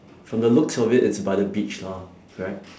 from the looks of it it's by the beach lah correct